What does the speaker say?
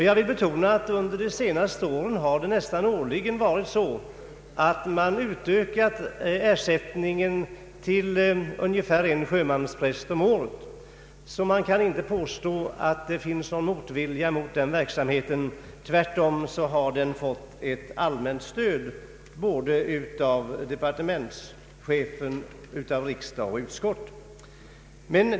Jag vill betona att på senare år har man flera gånger utökat ersättningen till nya sjömanspräster. Det är alltså felaktigt att påstå att det skulle finnas någon motvilja mot denna verksamhet — tvärtom har den fått ett allmänt stöd både av departementschef, riksdag och utskott.